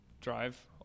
drive